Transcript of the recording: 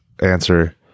answer